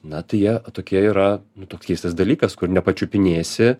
na tai jie tokie yra toks keistas dalykas kur nepačiupinėsi